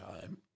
time